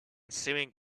sewing